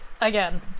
again